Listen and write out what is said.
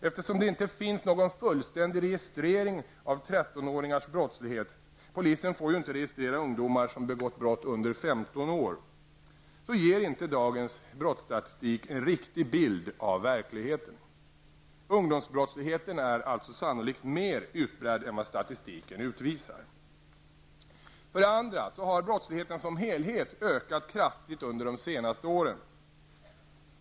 Eftersom det inte finns någon fullständig registrering av 13-åringars brottslighet -- polisen får ju inte registrera ungdomar som begått brott före 15 års ålder -- ger inte dagens brottsstatistik en riktig bild av verkligheten. Ungdomsbrottsligheten är alltså sannolikt mer utbredd än vad statistiken visar. För det andra har brottsligheten som helhet ökat kraftigt under de senaste åren.